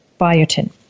biotin